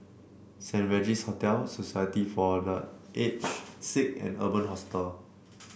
Saint Regis Hotel Society for The Aged Sick and Urban Hostel